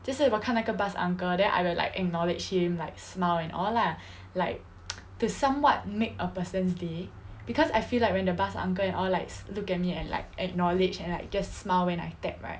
就是我看那个 bus uncle then I will like acknowledge him like smile and all lah like to somewhat make a person's day because I feel like when the bus uncle and all like look at me and like acknowledge and like just smile when I tap right